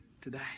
today